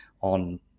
on